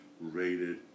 rated